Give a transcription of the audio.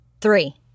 Three